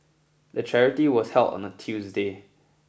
the charity was held on a Tuesday